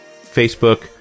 Facebook